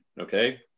Okay